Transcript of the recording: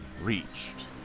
reached